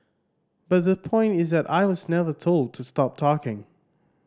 but the point is that I was never told to stop talking